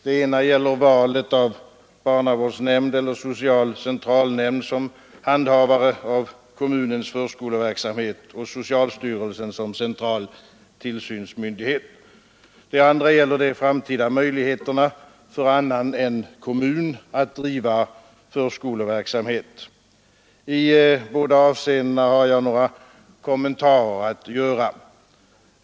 Det ena gäller valet av barnavårdsnämnd eller social centralnämnd som handhavare av kommunens förskoleverksamhet och socialstyrelsen som central tillsynsmyndighet. Det andra gäller de framtida möjligheterna för annan än kommun att driva förskoleverksamhet. I båda avseendena har jag några kommentarer att göra.